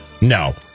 no